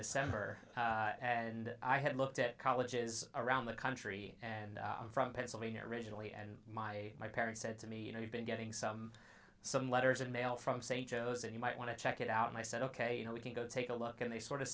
december and i had looked at colleges around the country and from pennsylvania originally and my my parents said to me you know you've been getting some some letters in mail from st joe's and you might want to check it out and i said ok you know we can go take a look and they sort of